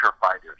fighters